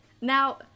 Now